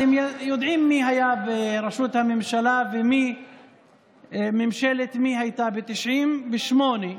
אתם יודעים מי היה ברשות הממשלה וממשלת מי הייתה ב-1998,